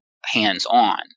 hands-on